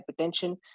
hypertension